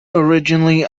originally